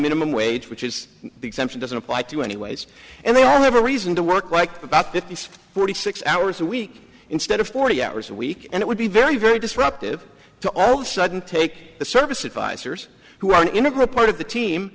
minimum wage which is the exemption doesn't apply to anyways and they all have a reason to work like about fifty six forty six hours a week instead of forty hours a week and it would be very very disruptive to all the sudden take the service advisors who are an integral part of the team